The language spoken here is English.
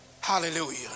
Hallelujah